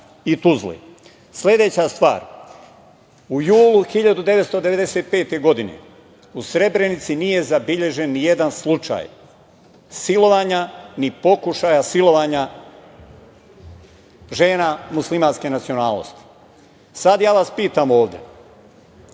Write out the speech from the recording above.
i Tuzle. Sledeća stvar. U julu 1995. godine u Srebrenici nije zabeležen nijedan slučaj silovanja, ni pokušaja silovanja žena muslimanske nacionalnosti. Sad ja vas pitam ovde,